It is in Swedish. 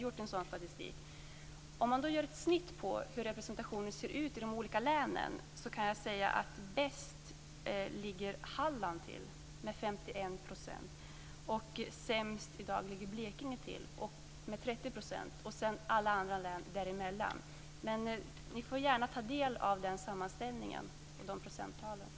Om man sedan gör ett snitt av hur kvinnorepresentationen i dessa myndigheter ser ut i de olika länen ligger i dag Halland bäst till med 51 % och Blekinge sämst till med 30 %, och alla andra län har en kvinnorepresentation som ligger däremellan. Ni får gärna ta del av den sammanställningen och de procenttalen.